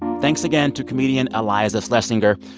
thanks again to comedian iliza shlesinger.